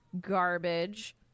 garbage